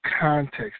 context